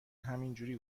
همینجوری